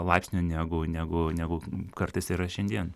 laipsnio negu negu negu kartais yra šiandien